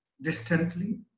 Distantly